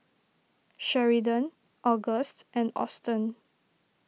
Sheridan August and Austen